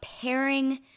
pairing